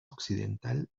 occidental